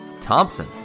Thompson